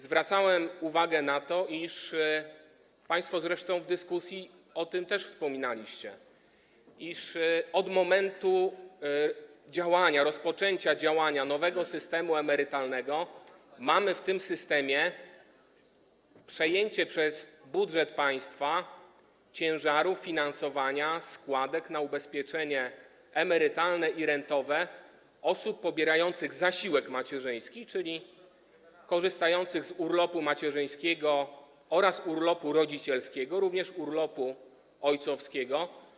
Zwracałem uwagę na to, państwo zresztą w dyskusji o tym też wspominaliście, iż od momentu rozpoczęcia działania nowego systemu emerytalnego mamy w tym systemie przejęcie przez budżet państwa ciężaru finansowania składek na ubezpieczenie emerytalne i rentowe osób pobierających zasiłek macierzyński, czyli korzystających z urlopu macierzyńskiego oraz urlopu rodzicielskiego, również urlopu ojcowskiego.